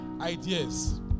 ideas